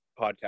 podcast